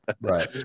right